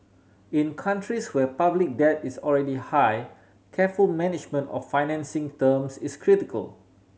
in countries where public debt is already high careful management of financing terms is critical